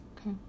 okay